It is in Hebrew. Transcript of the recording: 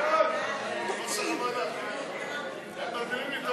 משרד האנרגיה והמים, לשנת הכספים 2018, נתקבל.